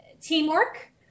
teamwork